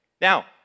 Now